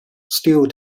still